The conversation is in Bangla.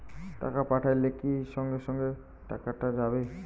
টাকা পাঠাইলে কি সঙ্গে সঙ্গে টাকাটা যাবে?